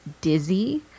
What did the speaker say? dizzy